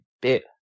bit